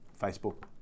Facebook